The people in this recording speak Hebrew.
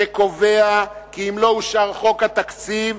שקובע כי אם לא אושר חוק התקציב,